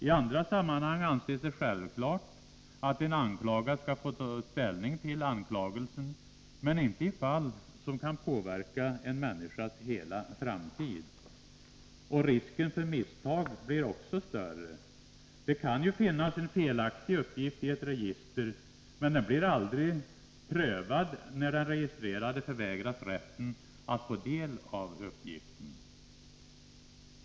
I andra sammanhang anses det självklart att en anklagad skall få ta ställning till anklagelsen, men inte i fall som kan påverka en människas hela framtid. Risken för misstag blir också större. Det kan finnas en felaktig uppgift i ett register, men den blir aldrig prövad när den registrerade förvägras rätten att ta del av uppgiften.